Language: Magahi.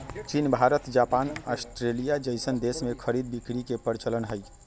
चीन भारत जापान अस्ट्रेलिया जइसन देश में खरीद बिक्री के परचलन हई